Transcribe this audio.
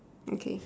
okay